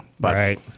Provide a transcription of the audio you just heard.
Right